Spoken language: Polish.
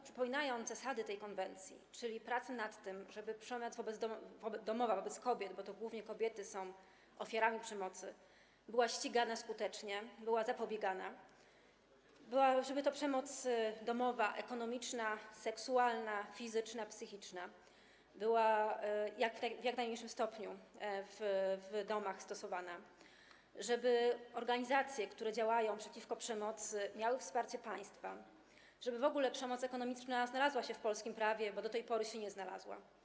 Przypominam zasady tej konwencji, czyli pracy nad tym, żeby sprawców przemocy domowej wobec kobiet, bo to głównie kobiety są ofiarami przemocy, ścigano skutecznie, żeby jej zapobiegano, żeby przemoc domowa, ekonomiczna, seksualna, fizyczna, psychiczna, która w jak największym stopniu w domach jest stosowana... żeby organizacje, które działają przeciwko przemocy, miały wsparcie państwa, żeby w ogóle przemoc ekonomiczna znalazła się w polskim prawie, bo do tej pory się nie znalazła.